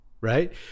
right